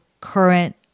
current